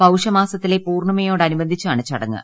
പൌഷ മാസത്തിലെ പൂർണിമയോടനുബന്ധിച്ചാണ് ചടങ്ങ്